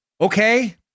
Okay